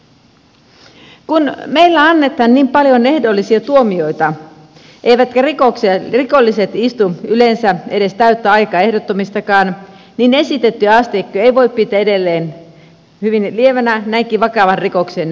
kun meillä annetaan niin paljon ehdollisia tuomioita eivätkä rikolliset istu yleensä edes täyttä aikaa ehdottomistakaan esitettyä asteikkoa voi pitää edelleen hyvin lievänä näinkin vakavaan rikokseen nähden